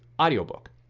audiobook